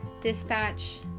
Dispatch